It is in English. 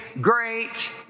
great